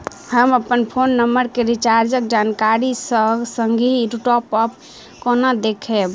हम अप्पन phone number केँ रिचार्जक जानकारी आ संगहि टॉप अप कोना देखबै?